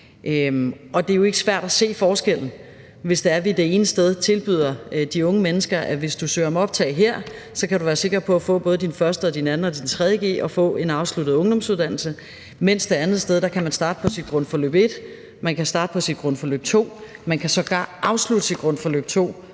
Og det er jo ikke svært at se forskellen, hvis det er, vi det ene sted tilbyder de unge mennesker, at de, hvis de søger om optag dér, kan være sikre på at få både 1.g, 2.g og 3.g og få en afsluttet ungdomsuddannelse, mens man det andet sted kan starte på sit grundforløb 1, man kan starte på sit grundforløb 2, man kan sågar afslutte sit grundforløb 2,